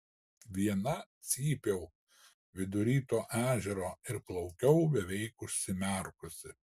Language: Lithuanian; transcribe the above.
viena cypiau vidury to ežero ir plaukiau beveik užsimerkusi